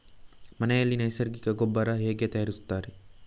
ಮನೆಯಲ್ಲಿ ನೈಸರ್ಗಿಕ ಗೊಬ್ಬರ ಹೇಗೆ ತಯಾರಿಸುತ್ತಾರೆ?